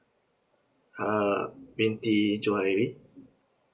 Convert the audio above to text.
uh twenty january